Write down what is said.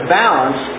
balance